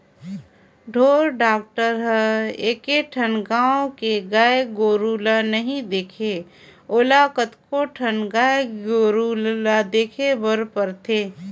ढोर डॉक्टर हर एके ठन गाँव के गाय गोरु ल नइ देखे ओला कतको ठन गाय गोरु ल देखे बर परथे